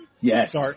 yes